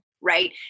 right